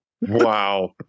Wow